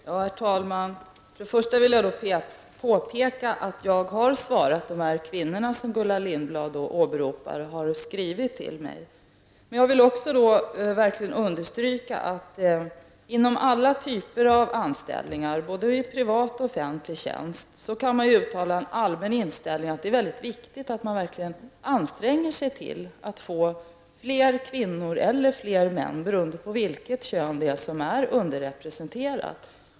Herr talman! För det första vill jag påpeka att jag har svarat de kvinnor som har skrivit till mig och som Gullan Lindblad talar om. Jag vill verkligen understryka att man inom alla typer av anställningar, både i privat och offentlig tjänst, kan uttala en allmän inställning att det är viktigt att man anstränger sig för att få fler kvinnor eller fler män beroende på vilket kön som är underrepresenterat.